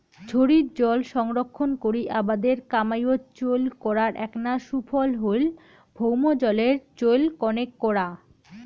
ঝড়ির জল সংরক্ষণ করি আবাদের কামাইয়ত চইল করার এ্যাকনা সুফল হইল ভৌমজলের চইল কণেক করা